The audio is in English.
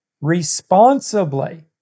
responsibly